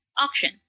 auction